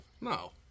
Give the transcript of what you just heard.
No